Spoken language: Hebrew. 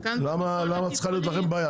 למה צריכה להיות לכם בעיה?